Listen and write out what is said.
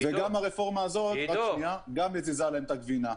גם הרפורמה הזאת מזיזה להם את הגבינה.